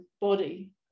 body